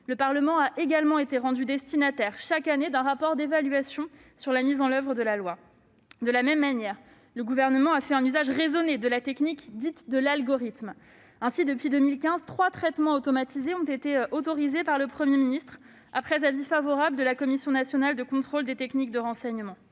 en 2017. Il a également été rendu destinataire, chaque année, d'un rapport d'évaluation sur la mise en oeuvre de la loi. De la même manière, le Gouvernement a fait un usage raisonné de la technique dite « de l'algorithme ». Ainsi, depuis 2015, trois traitements automatisés ont été autorisés par le Premier ministre, après avis favorable de la Commission nationale de contrôle des techniques de renseignement,